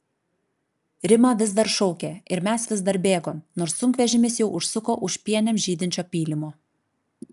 rima vis dar šaukė ir mes vis dar bėgom nors sunkvežimis jau užsuko už pienėm žydinčio pylimo